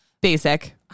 Basic